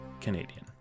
Canadian